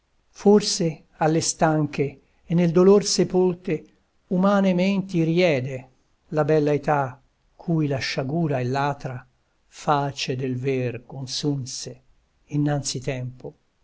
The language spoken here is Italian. forse alle stanche e nel dolor sepolte umane menti riede la bella età cui la sciagura e l'atra face del ver consunse innanzi tempo